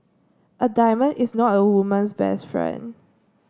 a diamond is not a woman's best friend